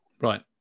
right